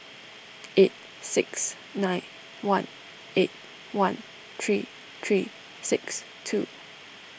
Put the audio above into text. eight six nine one eight one three three six two